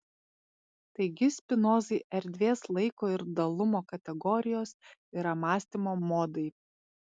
taigi spinozai erdvės laiko ir dalumo kategorijos yra mąstymo modai